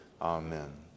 Amen